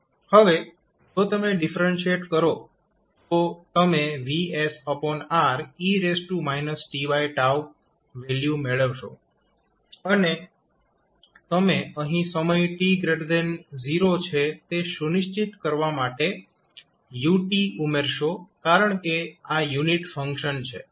હવે જો તમે ડિફરેન્શિએટ કરો તો તમેં VsRe t વેલ્યુ મેળવશો અને તમે અહીં સમય t 0 છે તે સુનિશ્ચિત કરવા માટે u ઉમેરશો કારણકે આ યુનિટ ફંક્શન છે